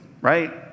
right